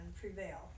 prevail